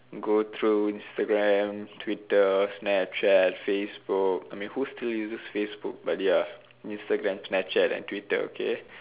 go through Instagram Twitter Snapchat Facebook I mean who still uses Facebook but ya Instagram Snapchat and Twitter okay